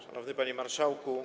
Szanowny Panie Marszałku!